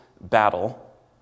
battle